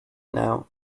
now